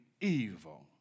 evil